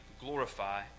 glorify